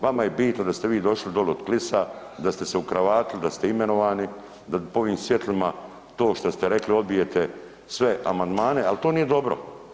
Vama je bitno da ste vi došli dolje od Klisa, da ste se ukravatili, da ste imenovani, pod ovim svjetlima to što ste rekli, odbijete sve amandmane, ali to nije dobro.